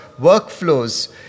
workflows